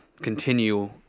continue